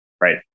right